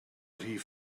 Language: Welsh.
rhif